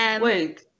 Wait